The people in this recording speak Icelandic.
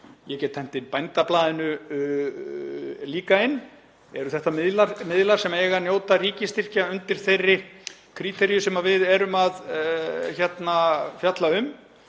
ég get hent inn Bændablaðinu líka. Eru þetta miðlar sem eiga að njóta ríkisstyrkja undir þeirri kríteríu sem við erum að fjalla um?